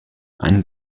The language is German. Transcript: ein